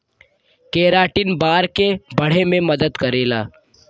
keratin बार के बढ़े में मदद करेला